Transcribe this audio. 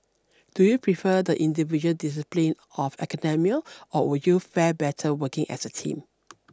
do you prefer the individual discipline of academia or would you fare better working as a team